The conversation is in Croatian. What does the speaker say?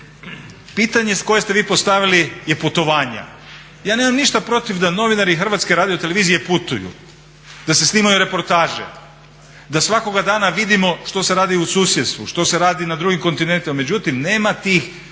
Pitanje koje ste vi postavili su putovanja. Ja nemam ništa protiv da novinari Hrvatske radiotelevizije putuju, da se snimaju reportaže, da svakoga dana vidimo što se radi u susjedstvu, što se radi na drugim kontinentima. Međutim, nema tih